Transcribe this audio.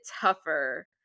tougher